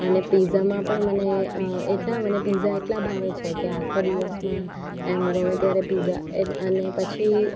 અને પીઝામાં પણ મને એટલા મને પીઝા એટલા ભાવે છે કે આખો દિવસમાં એમ ગમે ત્યારે પીઝા અને પછી